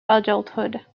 adulthood